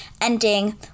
ending